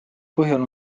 põhjal